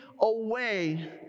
away